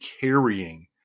carrying